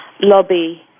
lobby